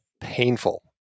painful